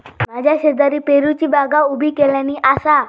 माझ्या शेजारी पेरूची बागा उभी केल्यानी आसा